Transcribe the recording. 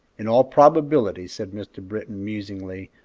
in all probability, said mr. britton, musingly,